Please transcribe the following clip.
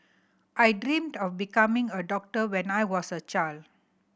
I dreamt of becoming a doctor when I was a child